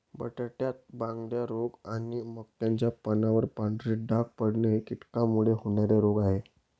बटाट्यात बांगड्या रोग आणि मक्याच्या पानावर पांढरे डाग पडणे हे कीटकांमुळे होणारे रोग आहे